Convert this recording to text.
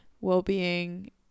well-being